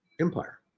empire